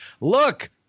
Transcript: Look